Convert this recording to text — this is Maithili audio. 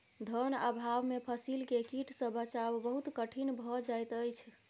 धन अभाव में फसील के कीट सॅ बचाव बहुत कठिन भअ जाइत अछि